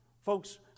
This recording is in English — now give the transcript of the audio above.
Folks